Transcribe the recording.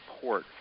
port